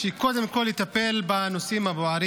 הוא יטפל קודם כול בנושאים הבוערים